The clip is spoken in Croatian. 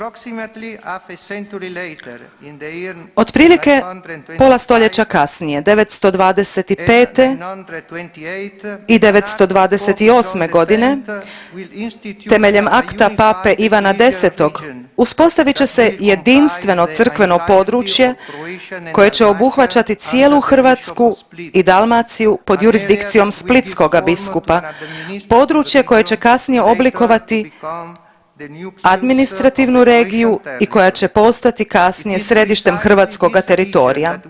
Otprilike pola stoljeća kasnije 925. i 928.g. temeljem akta Pape Ivana X. uspostavit će se jedinstveno crkveno područje koje će obuhvaćati cijelu Hrvatsku i Dalmaciju pod jurisdikcijom splitskoga biskupa, područje koje će kasnije oblikovati administrativnu regiju i koja će postati kasnije središtem hrvatskoga teritorija.